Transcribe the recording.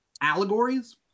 allegories